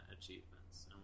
achievements